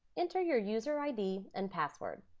enter your user id and password.